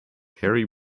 harry